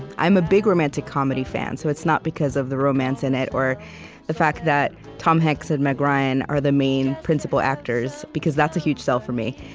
i'm a big romantic comedy fan, so it's not because of the romance in it or the fact that tom hanks and meg ryan are the main, principal actors, because that's a huge sell for me.